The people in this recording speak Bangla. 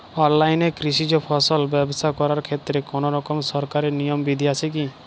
অনলাইনে কৃষিজ ফসল ব্যবসা করার ক্ষেত্রে কোনরকম সরকারি নিয়ম বিধি আছে কি?